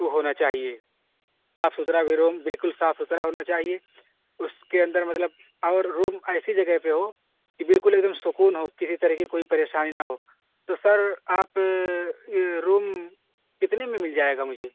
وہ ہونا چاہیے صاف ستھرا بھی روم بالکل صاف ستھرا ہونا چاہیے اس کے اندر مطلب اور روم ایسی جگہ پر ہو کہ بالکل ایک دم سکون ہو کسی طرح کی کوئی پریشانی نہ ہو تو سر آپ یہ روم کتنے میں مل جائے گا مجھے